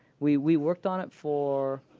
we we worked on it for